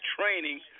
training